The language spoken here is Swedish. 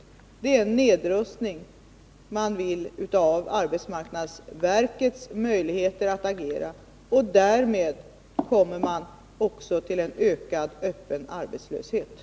Man vill ha en nedrustning av arbetsmarknadsverkets möjligheter att agera, och därmed åstadkommer man också en ökad öppen arbetslöshet.